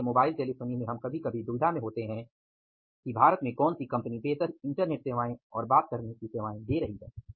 इसलिए mobile telephony में अब हम कभी कभी दुविधा में होते हैं कि भारत में कौन सी कंपनी बेहतर इंटरनेट सेवाएं और बात करने की सेवाएं दे रही है